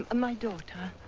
ah my daughter.